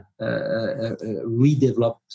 redeveloped